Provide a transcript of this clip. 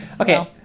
okay